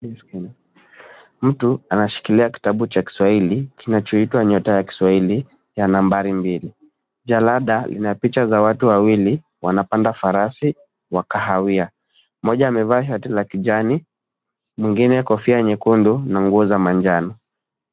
Mtu anashikilia kitabu cha Kiswahili kinachoitwa Nyota ya Kiswahili ya nambari mbili. Jalada lina picha za watu wawili wanapanda farasi wa kahawia. Mmoja amevaa shati la kijani, mwingine kofia nyekundu na nguo za manjano.